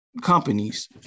companies